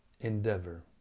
endeavor